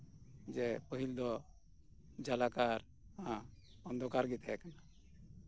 ᱡᱮ ᱯᱟᱹᱦᱤᱞ ᱫᱚ ᱡᱟᱞᱟᱠᱟᱨ ᱚᱱᱫᱷᱚᱠᱟᱨ ᱜᱮ ᱛᱟᱦᱮᱸ ᱠᱟᱱᱟ